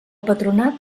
patronat